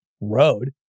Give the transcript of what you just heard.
road